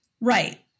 Right